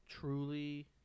truly